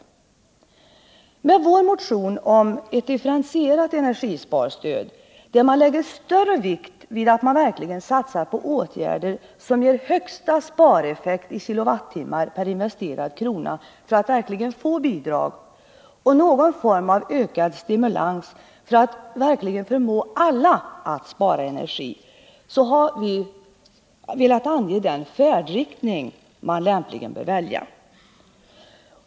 37 Med vår motion om ett differentierat energisparstöd, där man lägger större vikt vid att det verkligen satsas på åtgärder som ger högsta spareffekt i kilowattimmar per krona som investeras för att berättiga till bidrag, och vid någon form av ökad stimulans för att verkligen förmå alla att spara energi, har vi velat ange den färdriktning man lämpligen bör välja.